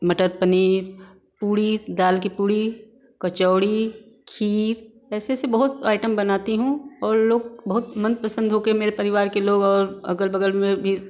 मटर पनीर पूड़ी दाल की पूड़ी कचौड़ी खीर ऐसे ऐसे बहुत आइटम बनाती हूँ और लोग बहुत मनपसंद होके मेरे परिवार के लोग और अगल बगल में भी